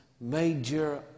major